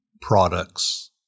products